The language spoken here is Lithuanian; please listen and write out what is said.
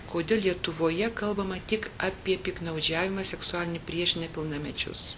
kodėl lietuvoje kalbama tik apie piktnaudžiavimą seksualinį prieš nepilnamečius